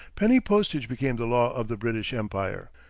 penny postage became the law of the british empire.